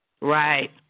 Right